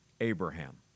Abraham